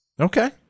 okay